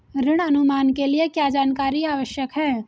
ऋण अनुमान के लिए क्या जानकारी आवश्यक है?